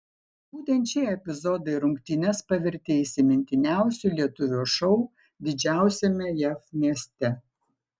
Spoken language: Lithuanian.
būtent šie epizodai rungtynes pavertė įsimintiniausiu lietuvio šou didžiausiame jav mieste